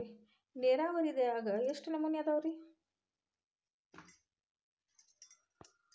ನೇರಾವರಿಯಾಗ ಎಷ್ಟ ನಮೂನಿ ಅದಾವ್ರೇ?